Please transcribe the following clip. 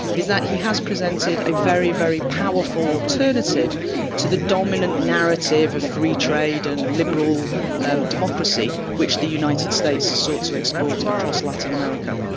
is that he has presented a very, very powerful alternative to the dominant narrative of free trade and liberal and democracy which the united states has sought to export across latin america.